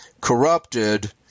corrupted